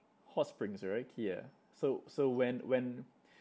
hot springs right so so when when